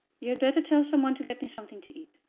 you had better tell some one to get me something to eat.